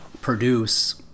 produce